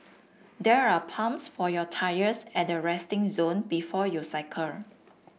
there are pumps for your tyres at the resting zone before you cycle